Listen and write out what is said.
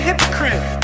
Hypocrite